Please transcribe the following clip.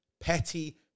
Petty